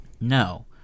No